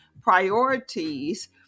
priorities